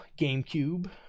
GameCube